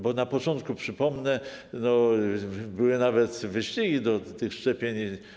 Bo na początku, przypomnę, były nawet wyścigi do tych szczepień.